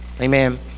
amen